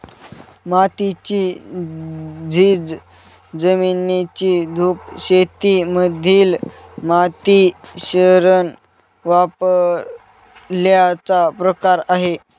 मातीची झीज, जमिनीची धूप शेती मधील माती शरण पावल्याचा प्रकार आहे